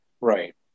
Right